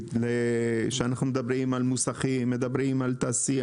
כשאנחנו מדברים על מוסכים ותעשייה?